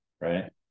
right